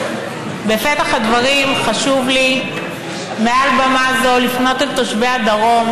בפתח הדברים חשוב מעל במה זו לפנות אל תושבי הדרום